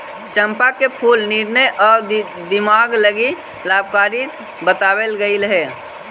चंपा के फूल निर्णय आउ दिमाग लागी लाभकारी बतलाबल गेलई हे